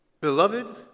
Beloved